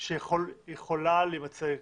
שיכול להימצא פתרון.